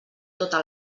tota